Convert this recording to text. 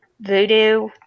Voodoo